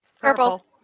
Purple